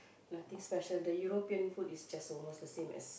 nothing special the European food is just almost the same as